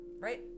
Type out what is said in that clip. right